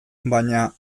baina